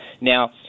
Now